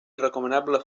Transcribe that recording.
recomanable